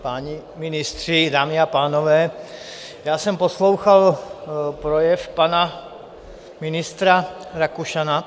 Páni ministři, dámy a pánové, já jsem poslouchal projev pana ministra Rakušana.